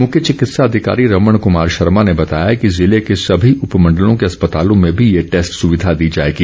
मुख्य चिकित्सा अधिकारी रमण कमार शर्मा ने बताया कि जिले के सभी उपमण्डलों के अस्पतालों में भी ये टैस्ट सुविधा दी जाएगी